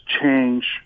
change